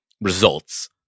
results